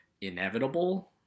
inevitable